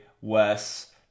Wes